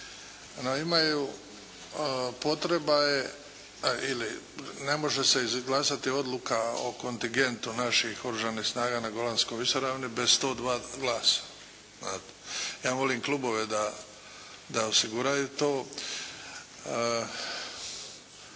je ili ne može se izglasati odluka o kontingentu naših oružanih snaga na Golanskoj visoravni bez 102 glasa. Ja molim klubove da osiguraju to.